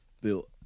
built